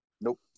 Nope